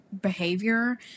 behavior